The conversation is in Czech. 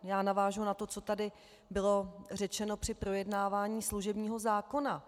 Já navážu na to, co tady bylo řečeno při projednávání služebního zákona.